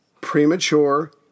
premature